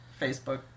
Facebook